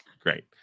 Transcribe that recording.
great